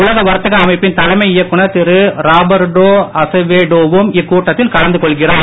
உலக வர்த்தக அமைப்பின் தலைமை இயக்குனர் திரு ராபர்டோ அசவேடோ வும் இக்கூட்டத்தில் கலந்து கொள்கிறார்